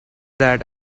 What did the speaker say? that